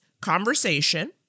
conversation